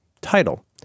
Title